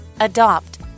Adopt